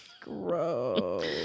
Gross